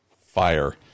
fire